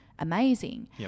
amazing